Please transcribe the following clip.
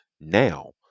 now